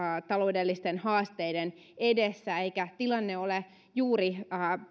taloudellisten haasteiden edessä eikä tilanne ole juuri